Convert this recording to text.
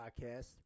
podcast